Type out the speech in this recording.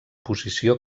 posició